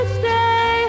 stay